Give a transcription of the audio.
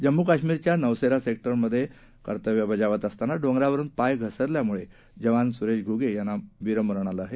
जम्मू काश्मीरच्या नवसेरा सेक्टर मध्ये कर्तव्य बजावत असताना डोंगरावरून पाय घसरल्यानं जवान सुरेश घूगे यांना वीरमरण आलं आहे